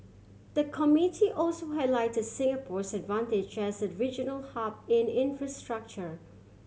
the committee also highlighted Singapore's advantage as a regional hub in infrastructure